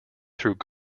through